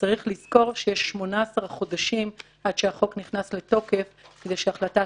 צריך לזכור שיש 18 חודשים עד שהחוק נכנס לתוקף כדי שהחלטת